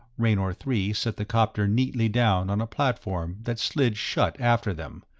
raynor three set the copter neatly down on a platform that slid shut after them,